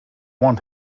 want